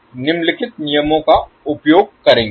हम बस निम्नलिखित नियमों का उपयोग करेंगे